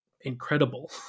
incredible